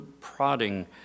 prodding